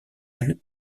elles